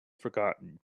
forgotten